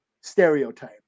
stereotype